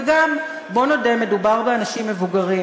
וגם, בוא ונודה, מדובר באנשים מבוגרים,